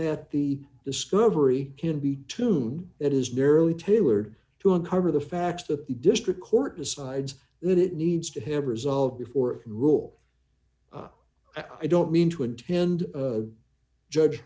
that the discovery can be tuned that is merely tailored to uncover the facts that the district court decides that it needs to have resolved before the rule i don't mean to attend a judge